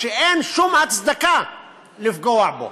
שאין שום הצדקה לפגוע בו